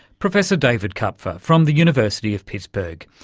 professor david kupfer from the university of pittsburgh.